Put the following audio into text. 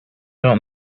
don’t